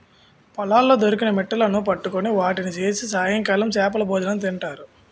పొలాల్లో దొరికిన మిట్టలును పట్టుకొని వాటిని చేసి సాయంకాలం చేపలభోజనం తింటారు